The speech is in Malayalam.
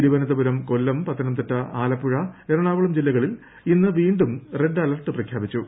തിരുവനന്തപുരം കൊല്ലം പത്തനംതിട്ട ആലപ്പുഴ എറണാകുളം ജില്ലകളിൽ ഇന്ന് വീണ്ടും റെഡ് അലർട്ട് പ്രഖ്യാപിച്ചു